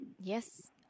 Yes